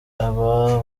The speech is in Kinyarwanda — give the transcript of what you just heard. aba